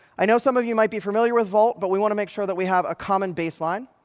i know some of you might be familiar with vault, but we want to make sure that we have a common baseline.